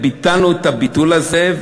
ביטלנו את הביטול הזה,